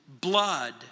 blood